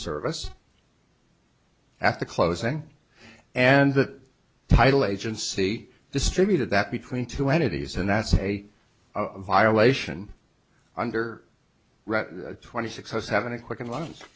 service at the closing and the title agency distributed that between two entities and that's a violation under route twenty six as having a quick and lo